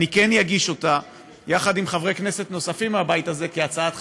אני כן אגיש אותה עם חברי כנסת נוספים מהבית הזה כהצעת חקיקה.